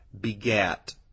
begat